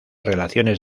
relaciones